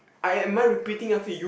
I am I repeating after you